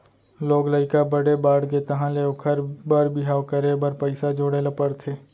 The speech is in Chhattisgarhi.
लोग लइका बड़े बाड़गे तहाँ ले ओखर बर बिहाव करे बर पइसा जोड़े ल परथे